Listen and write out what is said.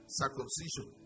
circumcision